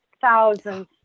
thousands